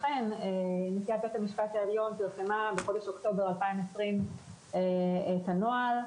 נשיאת בית המשפט העליון פרסמה בחודש אוקטובר 2020 את הנוהל.